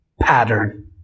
pattern